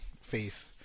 faith